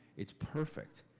it's perfect.